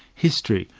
history,